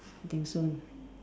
I think soon